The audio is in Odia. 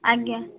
ଆଜ୍ଞା